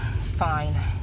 Fine